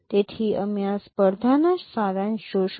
તેથી અમે આ સ્પર્ધાના સારાંશ જોશું